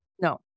No